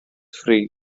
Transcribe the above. free